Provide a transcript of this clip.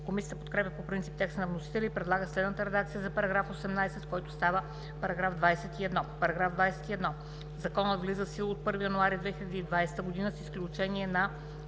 Комисията подкрепя по принцип текста на вносителя и предлага следната редакция за § 18, който става § 21: „§ 21. Законът влиза в сила от 1 януари 2020 г., с изключение на